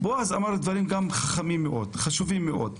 בועז אמר דברים חכמים וחשובים מאוד.